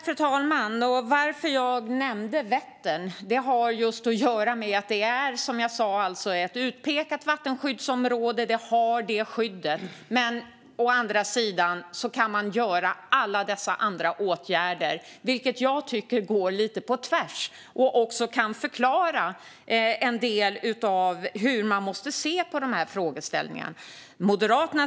Fru talman! Anledningen till att jag nämnde Vättern har att göra med att det, som jag sa, är ett utpekat vattenskyddsområde och att det har detta skydd. Men å andra sidan kan man vidta alla dessa åtgärder, vilket jag tycker går lite på tvärs mot det första. Detta kan också förklara en del av hur man måste se på frågeställningen.